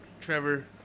Trevor